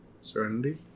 Serenity